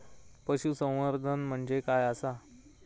पशुसंवर्धन म्हणजे काय आसा?